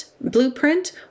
blueprint